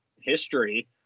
history